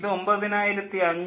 9 MW നൽകുന്നു